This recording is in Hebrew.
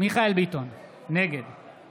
מיכאל מרדכי ביטון, נגד